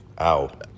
Ow